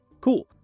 Cool